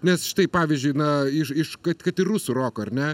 nes štai pavyzdžiui na iš iš kad kad ir rusų roko ar ne